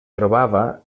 trobava